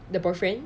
the boyfriend